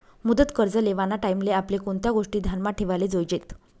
मुदत कर्ज लेवाना टाईमले आपले कोणत्या गोष्टी ध्यानमा ठेवाले जोयजेत